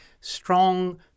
strong